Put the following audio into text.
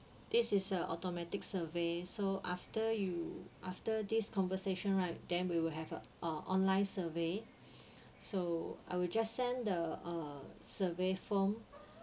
this is a automatic survey so after you after this conversation right then we will have a uh online survey so I will just send the uh survey form